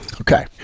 Okay